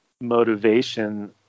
motivation